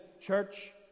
church